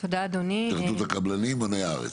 התאחדות הקבלנים בוני הארץ.